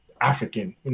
African